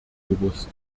gewusst